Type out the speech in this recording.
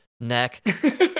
neck